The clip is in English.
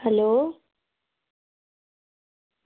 hello